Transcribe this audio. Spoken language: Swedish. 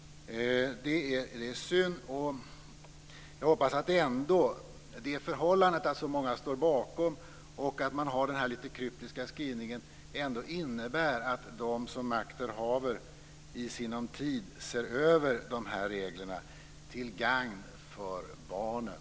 Det är synd. Jag hoppas att det förhållandet att så många står bakom och att man har den litet kryptiska skrivningen ändå innebär att de som makten haver i sinom tid ser över dessa regler till gagn för barnen.